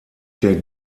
der